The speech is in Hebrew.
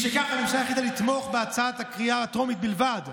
משכך הממשלה החליטה לתמוך בהצעה בקריאה הטרומית בלבד.